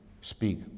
speak